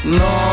no